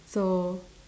so